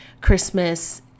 Christmas